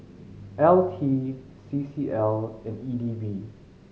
L T C C L and E D B